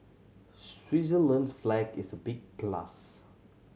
Switzerland's flag is a big plus